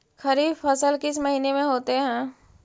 खरिफ फसल किस महीने में होते हैं?